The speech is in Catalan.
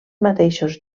mateixos